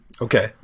okay